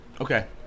Okay